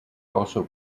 also